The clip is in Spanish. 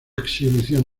exhibición